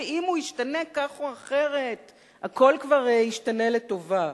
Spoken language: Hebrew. שאם הוא ישתנה כך או אחרת הכול כבר ישתנה לטובה,